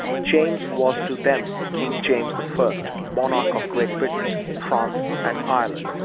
james was to them king james the first, monarch of great britain, france, and ireland,